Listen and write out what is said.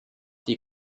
die